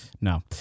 No